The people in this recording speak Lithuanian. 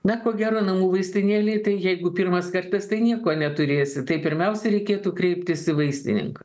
na ko gero namų vaistinėlėj jeigu pirmas kartas tai nieko neturėsi tai pirmiausia reikėtų kreiptis į vaistininką